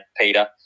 Peter